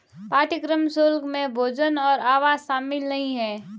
पाठ्यक्रम शुल्क में भोजन और आवास शामिल नहीं है